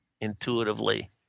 intuitively